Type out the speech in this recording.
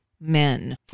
men